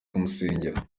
kumusengera